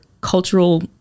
cultural